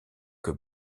que